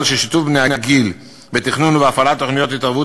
ששיתוף בני הגיל בתכנון ובהפעלת תוכניות התערבות